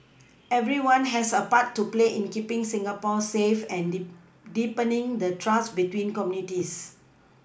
everyone has a part to play in keePing Singapore safe and deep deepening the trust between communities